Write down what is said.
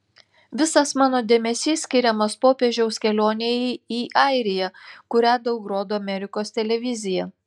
visas mano dėmesys skiriamas popiežiaus kelionei į airiją kurią daug rodo amerikos televizija